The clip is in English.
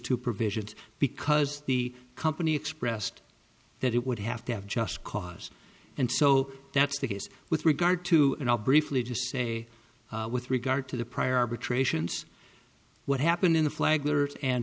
two provisions because the company expressed that it would have to have just cause and so that's the case with regard to and i'll briefly just say with regard to the prior arbitrations what happened in the flagler and